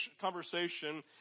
conversation